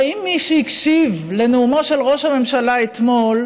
הרי אם מישהו הקשיב לנאומו של ראש הממשלה אתמול,